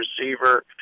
receiver